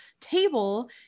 table